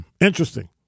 Interesting